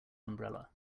umbrella